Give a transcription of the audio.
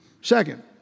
Second